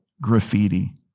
graffiti